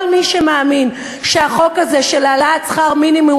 כל מי שמאמין שהחוק הזה של העלאת שכר המינימום